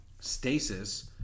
stasis